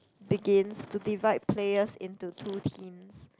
begins to divide players into two teams